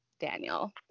Daniel